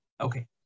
Okay